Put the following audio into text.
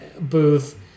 booth